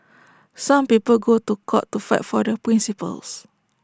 some people go to court to fight for their principles